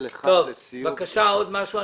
יש עוד משהו.